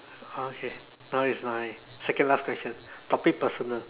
okay now is my second last question topic personal